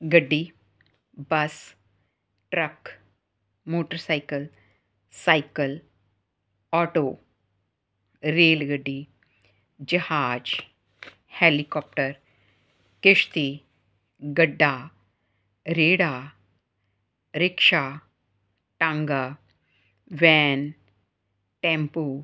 ਗੱਡੀ bus truck motorcycle cycle auto ਰੇਲਗੱਡੀ ਜਹਾਜ ਹੈਲੀਕੋਪਟਰ ਕਿਸ਼ਤੀ ਗੱਡਾ ਰੇੜਾ ਰਿਕਸ਼ਾ ਟਾਂਗਾ ਵੈਨ ਟੈਂਪੂ